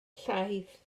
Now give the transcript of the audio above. llaeth